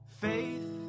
faith